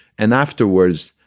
and afterwards,